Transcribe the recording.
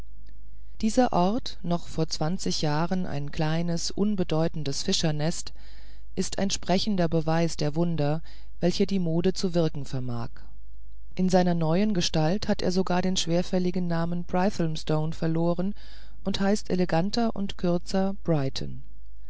dieser ort noch vor zwanzig jahren ein kleines unbedeutendes fischernest ist ein sprechender beweis der wunder welche die mode zu wirken vermag in seiner neuen gestalt hat er sogar den schwerfälligen namen brighthelmstone verloren und heißt viel eleganter und kürzer brighton